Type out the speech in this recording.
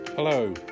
Hello